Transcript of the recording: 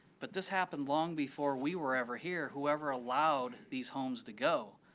but this happened long before we were ever here, whoever allowed these homes to go.